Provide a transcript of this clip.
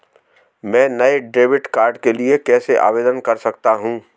मैं नए debit card के लिए कैसे आवेदन कर सकता हूँ?